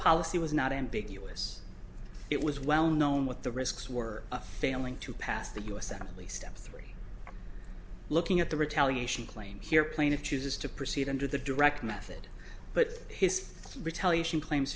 policy was not ambiguous it was well known what the risks were failing to pass the assembly step three looking at the retaliation claim here plaintiff chooses to proceed under the direct method but his retaliation claims